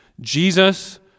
Jesus